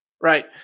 right